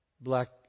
black